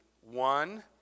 one